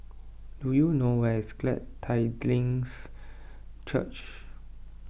do you know where is Glad Tidings Church